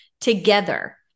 together